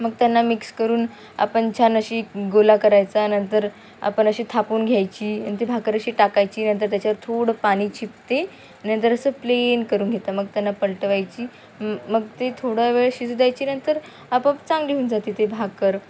मग त्यांना मिक्स करून आपण छान अशी गोळा करायचा नंतर आपण अशी थापून घ्यायची आणि ते भाकरी अशी टाकायची नंतर त्याच्यात थोडं पाणी चिपते नंतर असं प्लेन करून घेतात मग त्यांना पलटवायची मग ते थोडा वेळ शिजू द्यायची नंतर आपोआप चांगली होऊन जाते ते भाकरी